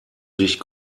sich